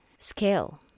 scale